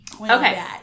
okay